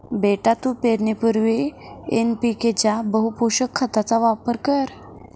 बेटा तू पेरणीपूर्वी एन.पी.के च्या बहुपोषक खताचा वापर कर